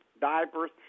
diapers